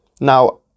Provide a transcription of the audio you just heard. Now